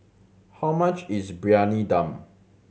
how much is Briyani Dum